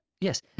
Yes